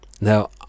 Now